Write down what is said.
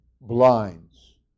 blinds